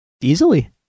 easily